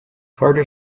carter